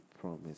promise